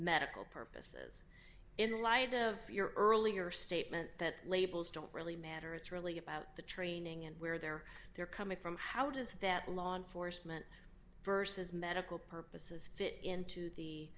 medical purposes in light of your earlier statement that labels don't really matter it's really about the training and where they're they're coming from how does that law enforcement versus medical purposes fit into the